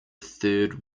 third